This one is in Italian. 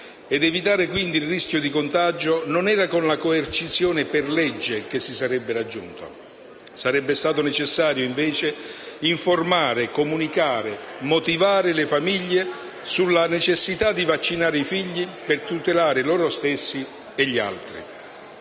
ed evitare quindi il rischio di contagio, non era con la coercizione per legge che si sarebbe raggiunto. Sarebbe invece stato necessario informare, comunicare e motivare le famiglie sulla necessità di vaccinare i figli per tutelare loro stessi e gli altri.